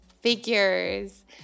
figures